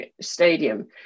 Stadium